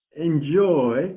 enjoy